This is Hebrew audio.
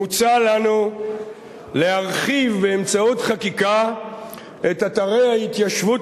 מוצע לנו להרחיב באמצעות חקיקה את אתרי ההתיישבות